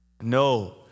No